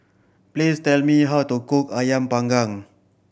please tell me how to cook Ayam Panggang